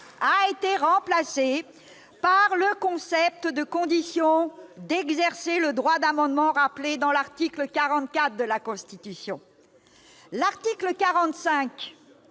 étions là !... le concept de conditions pour exercer le droit d'amendement rappelé dans l'article 44 de la Constitution. L'article 45